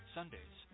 Sundays